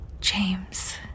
James